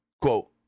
Quote